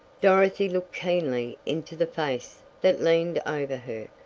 dorothy looked keenly into the face that leaned over her.